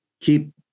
keep